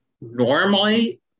normally